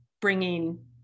bringing